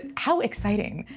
how exciting.